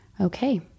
Okay